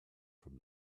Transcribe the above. from